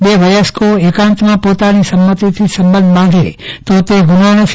બે વયસ્કો એકાંતમાં પોતાની સંમતિથી સંબંધ બાંધે તો તે ગુનો નથી